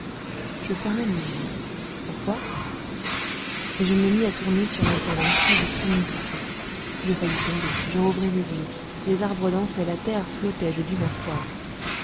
je fermai les yeux pourquoi et je me mis à tourner sur un talon très vite comme une toupie je faillis tomber je rouvris les yeux les arbres dansaient la terre flottait je dus m'asseoir